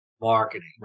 marketing